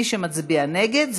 מי שמצביע נגד,